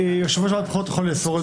יושב-ראש ועדת הבחירות יכול לאסור על